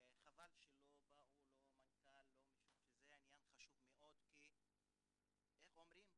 חבל שלא בא המנכ"ל משום שזה עניין חשוב מאוד כי איך אומרים,